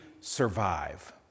survive